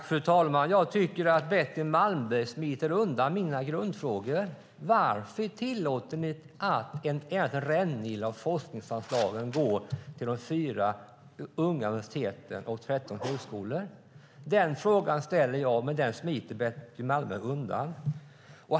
Fru talman! Jag tycker att Betty Malmberg smiter undan mina grundfrågor. Varför tillåter ni att en rännil av forskningsanslagen går till de fyra unga universiteten och 13 högskolor? Den frågan ställde jag, men den smet Betty Malmberg undan.